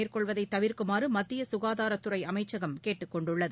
மேற்கொள்வதைதவிர்க்குமாறுமத்தியசுகாதாரத்துறைஅமைச்சகம் கேட்டுக்கொண்டுள்ளது